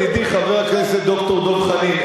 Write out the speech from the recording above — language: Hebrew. ידידי חבר הכנסת ד"ר דב חנין,